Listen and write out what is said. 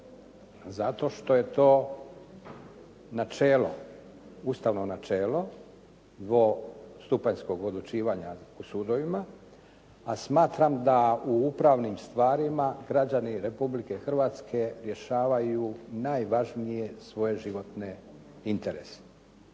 Zato što je to načelo, ustavno načelo stupanjskog odlučivanja u sudovima, a smatram da u upravnim stvarima građani Republike Hrvatske rješavaju najvažnije svoje životne interese.